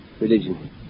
religion